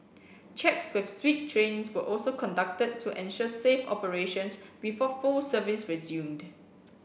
checks with sweep trains were also conducted to ensure safe operations before full service resumed